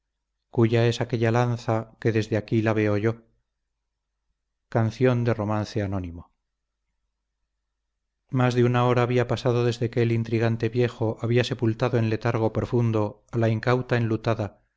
su alteza más de una hora había pasado desde que el intrigante viejo había sepultado en letargo profundo a la incauta enlutada